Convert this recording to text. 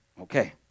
Okay